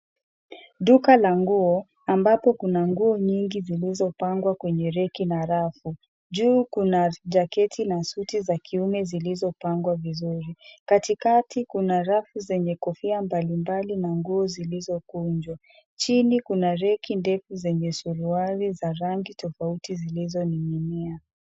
Duka la nguo ambapo kuna nguo nyingi zilizopangwa kwenye reki na rafu. Juu kuna jaketi na suti za kiume zilizopangwa vizuri. Katikati kuna rafu zenye kofia mbali mbali na nguo zilizokunjwa. Chini kuna reki ndefu yenye suruali za rangi tofauti zilizoninginia.